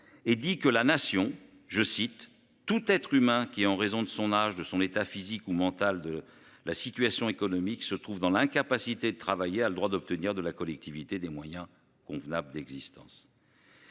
et dit que la nation je cite tout être humain qui en raison de son âge de son état physique ou mental de la situation économique se trouve dans l'incapacité de travailler, a le droit d'obtenir de la collectivité des moyens convenables d'existence.